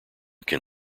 can